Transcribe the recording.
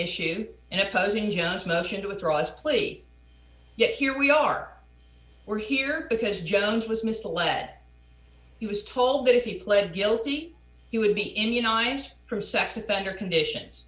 issue and opposing john's motion to withdraw his plea yet here we are we're here because jones was misled he was told that if he pled guilty he would be immunized from sex offender conditions